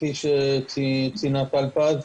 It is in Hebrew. כפי שציינה טל פז,